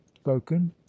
spoken